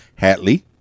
Hatley